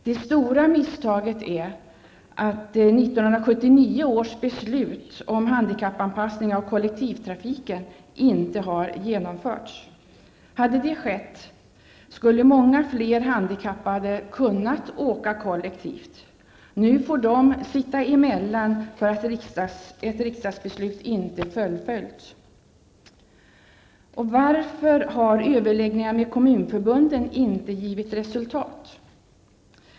Det stora misstaget är att 1979 års beslut om handikappanpassning av kollektivtrafiken inte har genomförts. Hade det skett skulle många fler handikappade ha kunnat åka kollektivt. Nu får de sitta emellan för att ett riksdagsbeslut inte har fullföljts. Varför har överläggningar med kommunförbunden inte givit resultat?